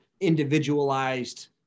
individualized